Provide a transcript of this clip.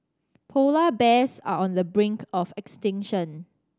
polar bears are on the brink of extinction